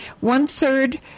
one-third